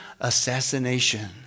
assassination